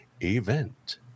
event